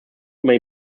may